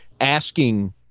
asking